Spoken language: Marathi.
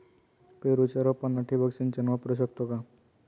पेरूच्या रोपांना ठिबक सिंचन वापरू शकतो का?